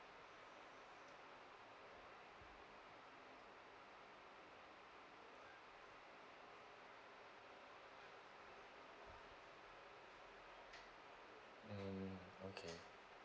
mm okay